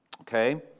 okay